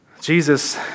Jesus